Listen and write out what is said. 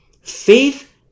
Faith